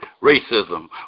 Racism